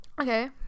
okay